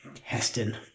Heston